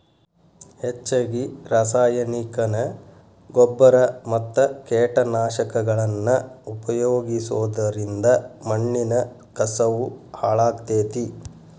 ಹೆಚ್ಚಗಿ ರಾಸಾಯನಿಕನ ಗೊಬ್ಬರ ಮತ್ತ ಕೇಟನಾಶಕಗಳನ್ನ ಉಪಯೋಗಿಸೋದರಿಂದ ಮಣ್ಣಿನ ಕಸವು ಹಾಳಾಗ್ತೇತಿ